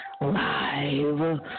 Live